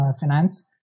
finance